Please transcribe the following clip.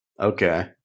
Okay